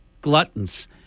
gluttons